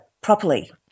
properly